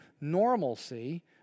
normalcy